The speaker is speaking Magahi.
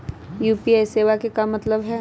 यू.पी.आई सेवा के का मतलब है?